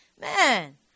Man